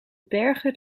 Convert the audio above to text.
berghut